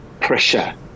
pressure